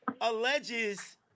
alleges